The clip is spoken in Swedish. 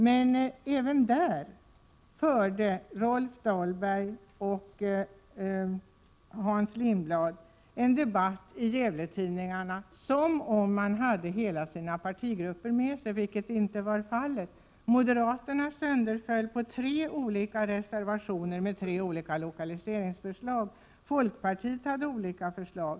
Även i denna fråga förde Rolf Dahlberg och Hans Lindblad en debatt i Gävletidningarna i en anda som om man hade hela sina partigrupper med sig, vilket inte var fallet. De moderata företrädarna delade upp sig på tre olika reservationer med tre olika lokaliseringsförslag. Företrädarna för folkpartiet hade olika förslag.